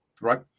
right